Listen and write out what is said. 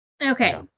Okay